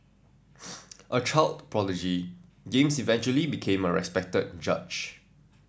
a child prodigy James eventually became a respected judge